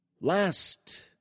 Last